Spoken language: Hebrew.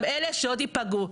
אלא גם אלה שעוד ייפגעו.